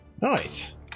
Nice